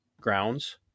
grounds